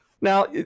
Now